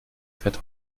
fährt